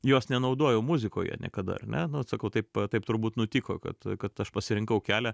jos nenaudojau muzikoje niekada ar ne na vat sakau taip taip turbūt nutiko kad kad aš pasirinkau kelią